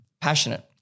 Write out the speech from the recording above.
passionate